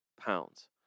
pounds